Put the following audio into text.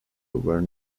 were